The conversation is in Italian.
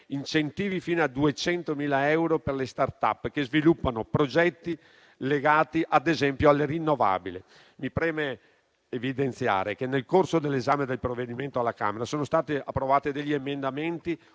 incentivi fino a 200.000 euro per le *startup* che sviluppano progetti legati, ad esempio, alle rinnovabili. Mi preme evidenziare che, nel corso dell'esame del provvedimento alla Camera, sono stati approvati emendamenti